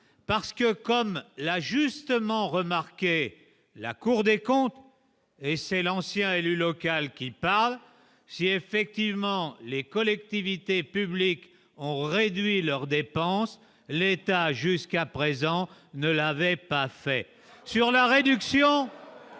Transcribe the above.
parce que, comme l'a justement remarqué la Cour des comptes, et c'est l'ancien élu local qui parle si effectivement les collectivités publiques ont réduit leurs dépenses, l'État jusqu'à présent ne l'avait pas fait sur la réduction